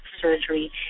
surgery